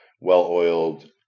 well-oiled